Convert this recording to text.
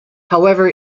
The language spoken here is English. however